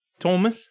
Thomas